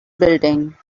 building